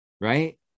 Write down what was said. right